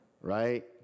right